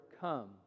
come